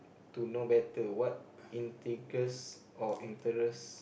to know better what intrigues or interest